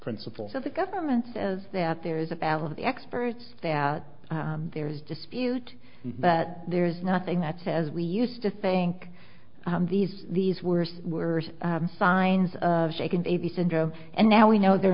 principles of the government says that there is a battle of the experts that there is dispute but there's nothing that says we used to think these these worst were signs of shaken baby syndrome and now we know they're